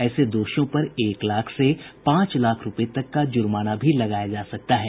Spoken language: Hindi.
ऐसे दोषियों पर एक लाख से पांच लाख रुपये तक का जुर्माना भी लगाया जा सकता है